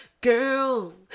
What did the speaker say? girl